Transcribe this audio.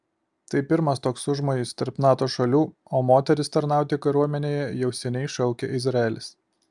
tai pirmas toks užmojis tarp nato šalių o moteris tarnauti kariuomenėje jau seniai šaukia izraelis